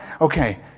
Okay